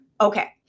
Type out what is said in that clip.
Okay